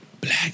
Black